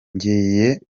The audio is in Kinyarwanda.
ngiye